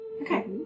Okay